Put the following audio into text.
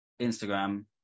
Instagram